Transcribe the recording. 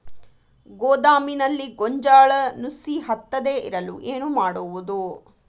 ಗೋದಾಮಿನಲ್ಲಿ ಗೋಂಜಾಳ ನುಸಿ ಹತ್ತದೇ ಇರಲು ಏನು ಮಾಡುವುದು?